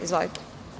Izvolite.